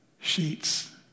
sheets